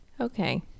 Okay